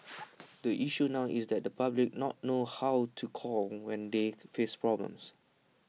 the issue now is that the public not know how to call when they face problems